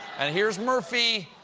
and here's murfee,